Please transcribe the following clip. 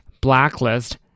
blacklist